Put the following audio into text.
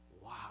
Wow